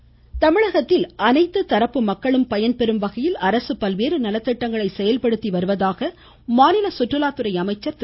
Natarajan voice தமிழகத்தில் அனைத்து தரப்பு மக்களும் பயன்பெறும் வகையில் அரசு பல்வேறு நலத்திட்டங்களை செயல்படுத்தி வருவதாக மாநில சுற்றுலாத்துறை அமைச்சர் திரு